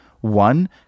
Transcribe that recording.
one